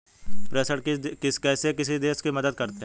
प्रेषण कैसे किसी देश की मदद करते हैं?